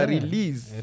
Release